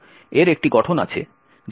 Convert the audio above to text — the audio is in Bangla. এর একটি গঠন আছে যেমনটি এখানে দেখানো হয়েছে